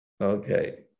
Okay